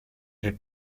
the